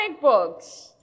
books